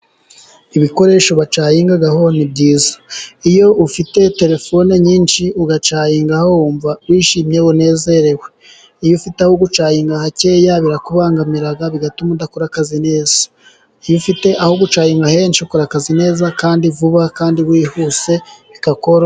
Ibikoresho wacagingaho ni byiza, iyo ufite terefone nyinshi ugacagingaho wumva wishimye, unezerewe, iyo ufite aho gucaginga hakeya birakubangamira bigatuma udakora akazi neza. Iyo ufite aho gucaginga henshi ukora akazi neza, kandi vuba kandi wihuse bikakorohera.